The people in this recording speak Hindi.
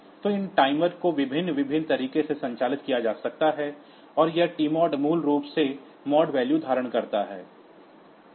तो इन टाइमर को विभिन्न विभिन्न तरीकों से संचालित किया जा सकता है और यह टीमोड मूल रूप से मॉड वैल्यू को धारण करता है